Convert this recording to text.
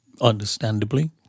understandably